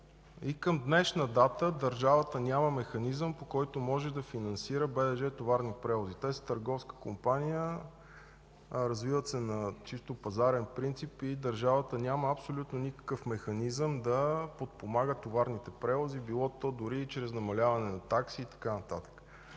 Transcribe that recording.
към днешна дата държавата няма механизъм, по който може да финансира БДЖ „Товарни превози”. Те са търговска компания. Развиват се на чисто пазарен принцип и държавата няма абсолютно никакъв механизъм да подпомага товарните превози било то дори и чрез намаляване на такси и така нататък.